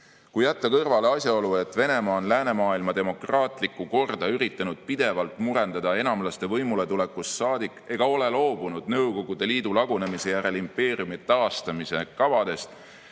jätta kõrvale asjaolu, et Venemaa on läänemaailma demokraatlikku korda üritanud pidevalt murendada enamlaste võimuletulekust saadik ega ole loobunud Nõukogude Liidu lagunemise järel impeeriumi taastamise kavadest,